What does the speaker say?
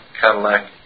Cadillac